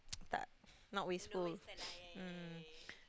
tak not wasteful mm